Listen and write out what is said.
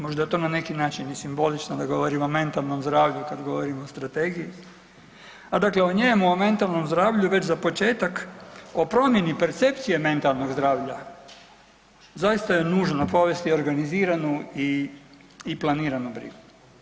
Možda je to na neki način i simbolično da govorim o mentalnom zdravlju kad govorim o strategiji, a dakle o njemu, o mentalnom zdravlju već za početak o promjeni percepcije mentalnog zdravlja zaista je nužno povesti organiziranu i, i planiranu brigu.